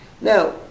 Now